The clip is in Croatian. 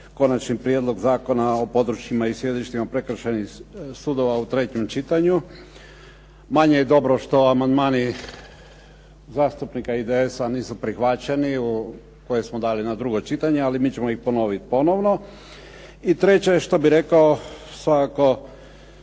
Konačni prijedlog zakona o područjima i sjedištima prekršajnih sudova u trećem čitanju. Manje je dobro što amandmani zastupnika IDS-a nisu prihvaćeni koje smo dali na drugo čitanje, ali mi ćemo ih ponoviti ponovno. I treće je što bi rekao svakako